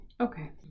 Okay